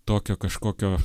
tokio kažkokio